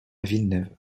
villeneuve